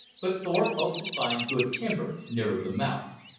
but thorpe hoped to find good timber nearer the mouth.